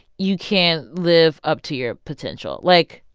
you can live up to your potential. like,